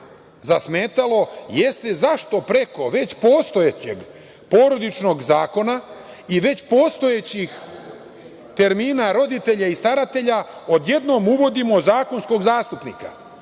zasmetalo, jeste zašto preko već postojećeg Porodičnog zakona i već postojećih termina roditelja i staratelja, odjednom uvodimo zakonskog zastupnika?